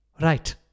Right